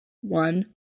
one